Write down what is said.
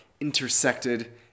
intersected